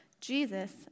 Jesus